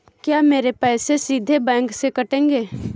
क्या मेरे पैसे सीधे बैंक से कटेंगे?